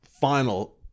final